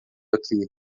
aqui